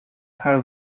her